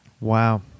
Wow